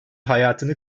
hayatını